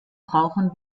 brauchen